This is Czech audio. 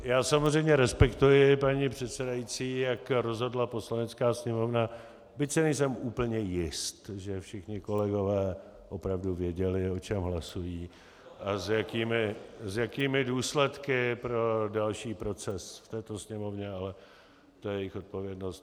Já samozřejmě respektuji, paní předsedající, jak rozhodla Poslanecká sněmovna, byť si nejsem úplně jist, že všichni kolegové opravdu věděli, o čem hlasují a s jakými důsledky pro další proces v této Sněmovně, ale to je jejich odpovědnost.